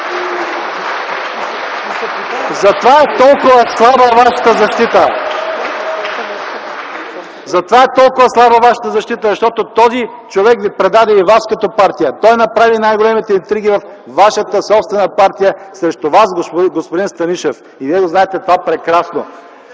Затова е толкова слаба вашата защита. Затова е толкова слаба вашата защита, защото този човек ви предаде и вас като партия. Той направи най-големите интриги във вашата собствена партия срещу Вас, господин Станишев, и Вие го знаете това прекрасно.